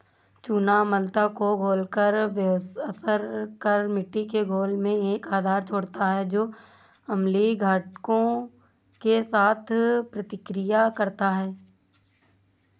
चूना अम्लता को घोलकर बेअसर कर मिट्टी के घोल में एक आधार छोड़ता है जो अम्लीय घटकों के साथ प्रतिक्रिया करता है